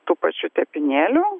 tų pačių tepinėlių